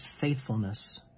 faithfulness